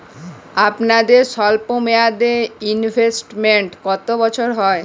আপনাদের স্বল্পমেয়াদে ইনভেস্টমেন্ট কতো বছরের হয়?